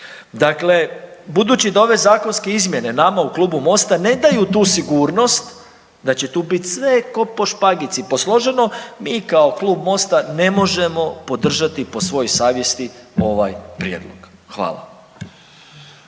Dakle, budući da ove zakonske izmjene nama u klubu Mosta ne daju tu sigurnost da će tu sve bit ko po špagici posloženo, mi kao klub Mosta ne možemo podržati po svojoj savjesti ovaj prijedlog. Hvala.